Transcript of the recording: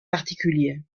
particulier